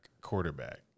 quarterback